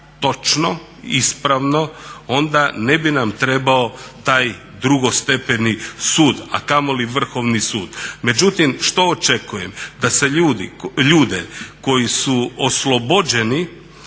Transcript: točno, ispravno, onda ne bi nam trebao taj drugostepeni sud, a kamoli Vrhovni sud. Međutim, što očekujem? Da se ljude koji su oslobođeni